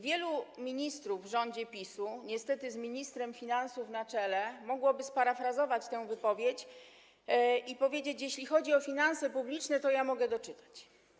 Wielu ministrów w rządzie PiS-u, niestety z ministrem finansów na czele, mogłoby sparafrazować tę wypowiedź i rzec: jeśli chodzi o finanse publiczne, to ja mogę doczytać.